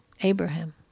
Abraham